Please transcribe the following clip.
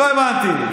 לא הבנתי.